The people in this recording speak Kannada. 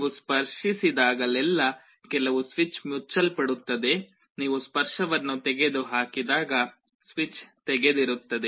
ನೀವು ಸ್ಪರ್ಶಿಸಿದಾಗಲೆಲ್ಲಾ ಕೆಲವು ಸ್ವಿಚ್ ಮುಚ್ಚಲ್ಪಡುತ್ತದೆ ನೀವು ಸ್ಪರ್ಶವನ್ನು ತೆಗೆದುಹಾಕಿದಾಗ ಸ್ವಿಚ್ ತೆರೆದಿರುತ್ತದೆ